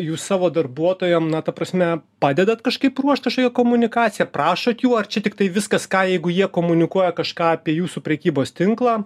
jūs savo darbuotojams na ta prasme padedat kažkaip ruošti kažkokią komunikaciją prašot jų ar čia tiktai viskas ką jeigu jie komunikuoja kažką apie jūsų prekybos tinklą